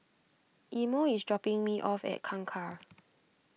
Imo is dropping me off at Kangkar